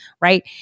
right